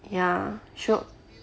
ya should